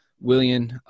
William